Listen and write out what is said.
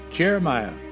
Jeremiah